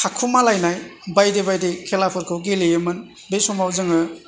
थाखुमालायनाय बायदि बायदि खेलाफोरखौ गेलेयोमोन बे समाव जोङो